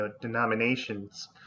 denominations